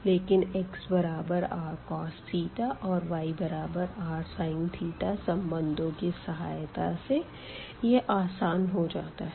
लेकिन xrcos और yrsin संबंधों की सहायता से यह आसान हो जाता है